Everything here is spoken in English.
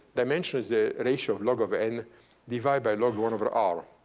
dimension is the ratio of log of n divide by log one over r.